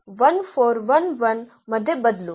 तर जर आपण त्यास मध्ये बदलू